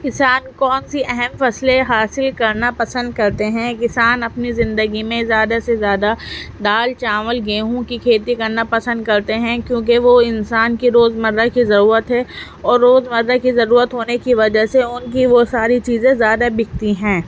کسان کون سی اہم فصلیں حاصل کرنا پسند کرتے ہیں کسان اپنی زندگی میں زیادہ سے زیادہ دال چاول گیہوں کی کھیتی کرنا پسند کرتے ہیں کیونکہ وہ انسان کے روز مرہ کی ضرورت ہے اور روز مرہ کی ضرورت ہونے کی وجہ سے ان کی وہ ساری چیزیں زیادہ بکتی ہیں